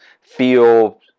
feel